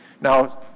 Now